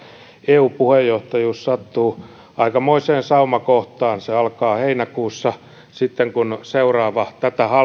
eu puheenjohtajuus sattuu aikamoiseen saumakohtaan se alkaa heinäkuussa sitten kun tätä